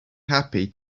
happy